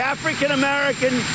African-American